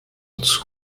dazu